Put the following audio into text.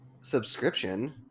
subscription